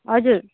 हजुर